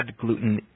gluten